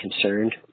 concerned